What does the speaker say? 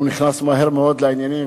הוא נכנס מהר מאוד לעניינים,